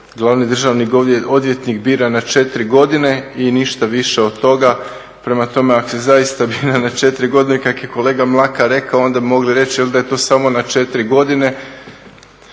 glavni državni odvjetnik bira na četiri godine i ništa više od toga. Prema tome, ako se zaista bira na četiri godine kako je kolega Mlakar rekao onda bi mogli reći ili da je to samo na četiri godine